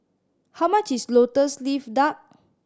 how much is Lotus Leaf Duck